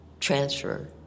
transfer